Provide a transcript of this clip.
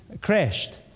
crashed